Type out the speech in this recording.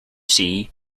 see